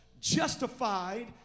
justified